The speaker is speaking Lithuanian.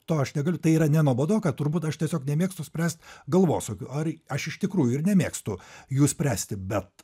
to aš negaliu tai yra ne nuobodoka turbūt aš tiesiog nemėgstu spręst galvosūkių ar aš iš tikrųjų ir nemėgstu jų spręsti bet